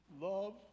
love